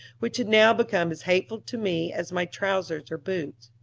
which had now become as hateful to me as my trousers or boots.